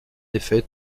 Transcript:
effet